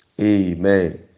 Amen